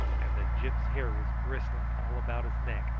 and that gyp's hair was bristling all about his neck,